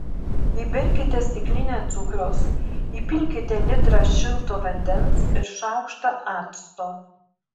įberkite stiklinę cukraus įpilkite litrą šilto vandens ir šaukštą acto